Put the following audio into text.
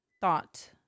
thought